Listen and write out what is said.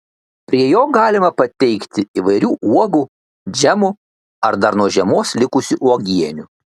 prie jo galima pateikti įvairių uogų džemų ar dar nuo žiemos likusių uogienių